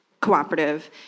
Cooperative